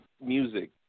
Music